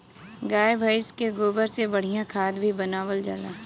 गाय भइस के गोबर से बढ़िया खाद भी बनावल जाला